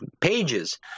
pages